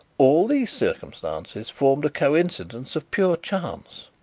all these circumstances formed a coincidence of pure chance.